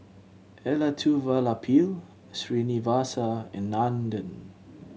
Elattuvalapil Srinivasa and Nandan